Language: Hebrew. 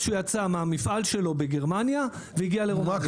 שהוא יצא מהמפעל שלו בגרמניה והגיע לרומניה?